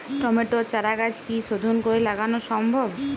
টমেটোর চারাগাছ কি শোধন করে লাগানো সম্ভব?